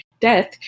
death